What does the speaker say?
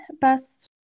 best